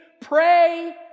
pray